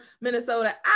Minnesota